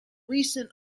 recent